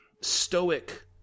stoic